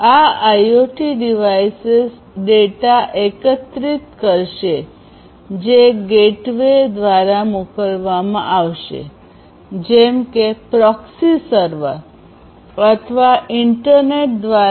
આ IoT device data એકત્રિત કરશે જે ગેટવે દ્વારા મોકલવામાં આવશે જેમ કે પ્રોક્સી સર્વર અથવા ઇન્ટરનેટ દ્વારા